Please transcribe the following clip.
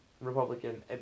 Republican